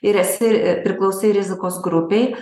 ir esi priklausai rizikos grupei